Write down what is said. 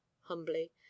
humbly